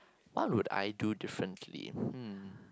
what would I do differently hmm